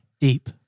Deep